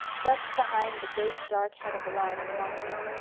just behind the great dark head of the lion on the monument.